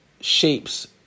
shapes